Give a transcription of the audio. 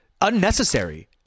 Unnecessary